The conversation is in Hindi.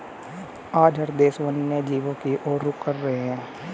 आज हर देश वन्य जीवों की और रुख कर रहे हैं